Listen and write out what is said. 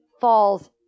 falls